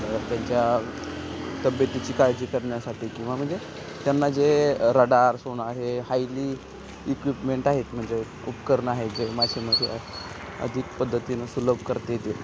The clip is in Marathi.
त्यांच्या तब्येतीची काळजी करण्यासाठी किंवा म्हणजे त्यांना जे रडार सोनार हे हायली इक्विपमेंट आहेत म्हणजे उपकरणं आहेत जे मासेमध्ये अधिक पद्धतीनं सुलभ करते ते